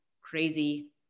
crazy